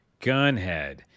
Gunhead